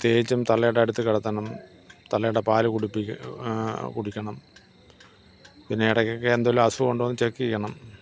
പ്രത്യേകിച്ചും തള്ളയുടെ അടുത്ത് കിടത്തണം തള്ളയുടെ പാല് കുടിപ്പി കുടിക്കണം പിന്നെ ഇടയ്ക്കൊക്കെ എന്തെങ്കിലും അസുഖം ഉണ്ടോ എന്ന് ചെക്ക് ചെയ്യണം